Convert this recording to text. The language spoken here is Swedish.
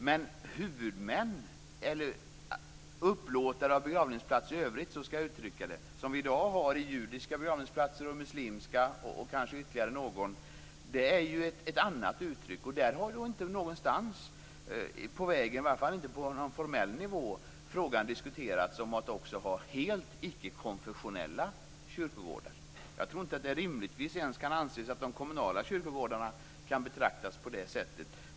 Men när det gäller upplåtare av begravningsplats i övrigt som vi i dag har, på judiska begravningsplatser, på muslimska begravningsplatser och kanske på ytterligare någon, så har frågan om att också ha helt icke-konfessionella kyrkogårdar inte diskuterats någonstans på vägen, åtminstone inte på någon formell nivå. Jag tror inte ens att de kommunala kyrkogårdarna rimligtvis kan betraktas på det sättet.